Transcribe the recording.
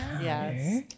Yes